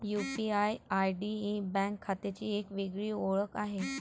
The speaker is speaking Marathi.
यू.पी.आय.आय.डी ही बँक खात्याची एक वेगळी ओळख आहे